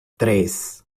tres